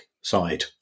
side